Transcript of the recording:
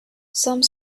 some